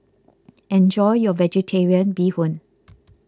enjoy your Vegetarian Bee Hoon